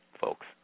folks